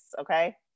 okay